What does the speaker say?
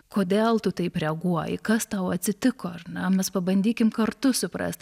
kodėl tu taip reaguoji kas tau atsitiko ar ne mes pabandykim kartu suprast